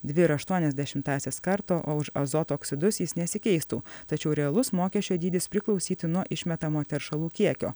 dvi ir aštuonias dešimtąsias karto o už azoto oksidus jis nesikeistų tačiau realus mokesčio dydis priklausytų nuo išmetamo teršalų kiekio